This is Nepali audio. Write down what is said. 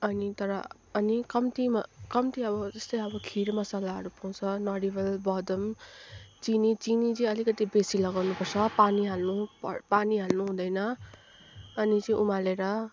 अनि तर अनि कम्तीमा कम्ती अब जस्तै खिर मसलाहरू पाउँछ नरिवल बदम चिनी चिनी चाहिँ अलिकति बेसी लगाउनुपर्छ पानी हाल्नु प पानी हाल्नु हुँदैन पानी चाहिँ उमालेर